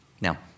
Now